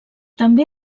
també